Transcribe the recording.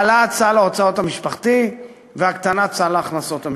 העלאת סל ההוצאות המשפחתי והקטנת סל ההכנסות המשפחתי.